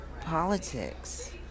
politics